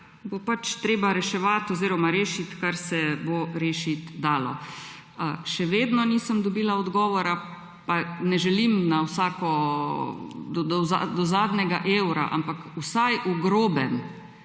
bo pač treba reševati oziroma rešiti, kar se bo rešit dalo. Še vedno nisem dobila odgovora, pa ne želim do zadnjega evra, ampak vsaj v grobem,